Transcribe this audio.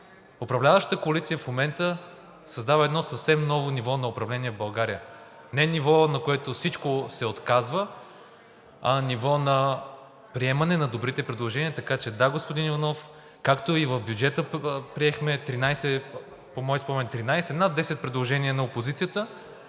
управляващата коалиция в момента създава едно съвсем ново ниво на управление в България – не ниво, на което всичко се отказва, а ниво на приемане на добрите предложения. Така че, да, господин Иванов, както и в бюджета приехме, по мои спомени 13, над 10 предложения на опозицията.